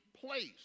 place